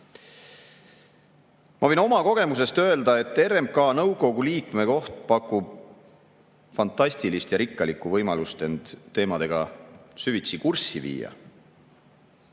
Ma võin oma kogemusest öelda, et RMK nõukogu liikme koht pakub fantastilist ja rikkalikku võimalust end teemadega süvitsi kurssi viia.